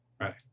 right